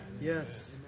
Yes